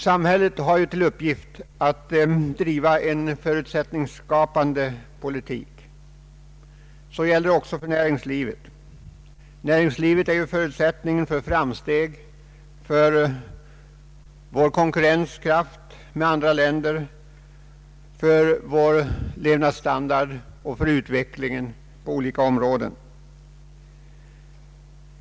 Samhället har ju till uppgift att driva en förutsättningsskapande politik. Det gäller också för näringslivets goda utveckling, som är en förutsättning för framsteg, för vår konkurrenskraft med andra länder, för vår levnadsstandard och för utvecklingen på olika områden.